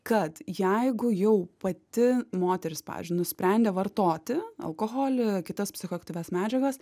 kad jeigu jau pati moteris pavyzdžiui nusprendė vartoti alkoholį kitas psichoaktyvias medžiagas